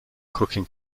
cooking